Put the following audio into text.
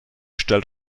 stellt